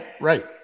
right